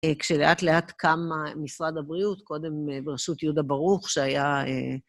כשלאט לאט קם משרד הבריאות, קודם ברשות יהודה ברוך שהיה...